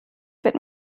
wird